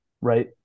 right